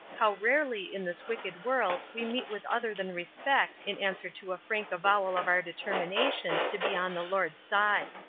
how rarely in this wicked world we meet with other than respect in answer to a frank avowal of our determination to be on the lord's side.